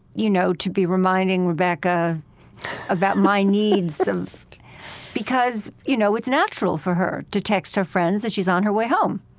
you know, to be reminding rebecca about my needs because, you know, it's natural for her to text her friends that she's on her way home,